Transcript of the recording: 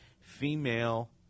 female